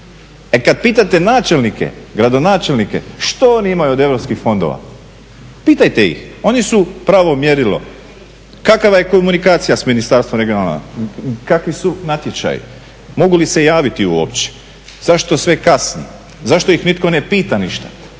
E kad pitate načelnike, gradonačelnike što oni imaju od europskih fondova, pitajte ih, oni su pravo mjerilo. Kakva je komunikacija sa Ministarstvom regionalnog, kakvi su natječaji, mogu li se javiti uopće? Zašto sve kasni, zašto ih nitko ne pita ništa?